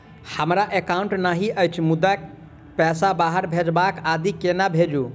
हमरा एकाउन्ट नहि अछि मुदा पैसा बाहर भेजबाक आदि केना भेजू?